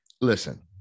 listen